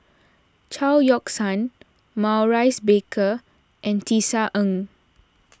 Chao Yoke San Maurice Baker and Tisa Ng